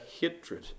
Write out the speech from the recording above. hatred